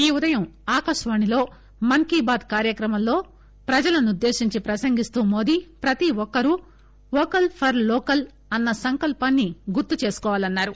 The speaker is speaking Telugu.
ఈ ఉదయం ఆకాశవాణిలో మస్ కీ బాత్ కార్యక్రమంలో ప్రజలనుద్దేశించి ప్రసంగిస్తూ మోదీ ప్రతి ఒక్కరు వోకల్ ఫర్ లోకల్ అన్న సంకల్పాన్ని గుర్తు చేసుకోవాలన్నారు